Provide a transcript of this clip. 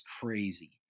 crazy